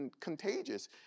contagious